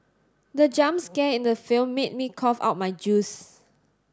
the jump scare in the film made me cough out my juice